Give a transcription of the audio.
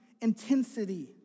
intensity